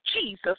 Jesus